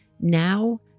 Now